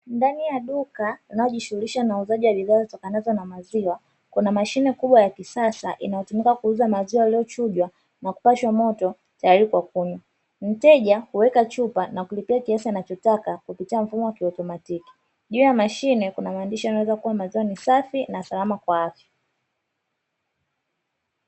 Ndani ya duka linalojihusisha na uuzaji wa bidhaa zitokanazo na maziwa, kuna mashine ya kisasa inayotumika kuuza maziwa yaliyochujwa na kupashwa moto tayari kwa kunywa. Mteja huweka chupa na kulipia kiasi anachotaka kupitia mfumo wa kiautomatiki. Juu ya mashine kuna maandishi yanayoeleza kuwa “Maziwa ni safi na salama kwa afya”.